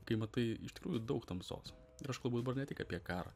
kai matai iš tikrųjų daug tamsos ir aš kalbu dabar ne tik apie karą